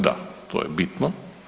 Da, to je bitno.